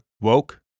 Woke